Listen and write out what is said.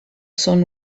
sun